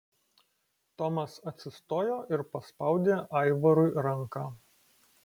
tomas atsistojo ir paspaudė aivarui ranką